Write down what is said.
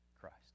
Christ